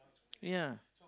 ya